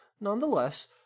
nonetheless